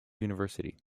university